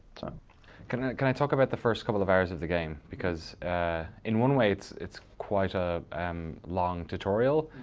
can can i talk about the first couple of hours of the game, because in one way it's it's quite a um long tutorial,